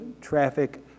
traffic